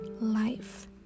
life